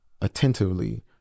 attentively